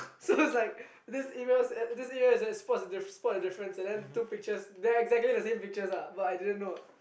so it's like this email said this email said spot the difference and then two pictures they are exactly the same pictures ah but I didn't know